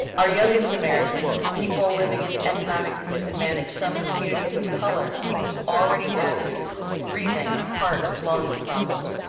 our youngest americans, people living in economic disadvantage, some communities of color. people who already have breathing, heart, lung problems.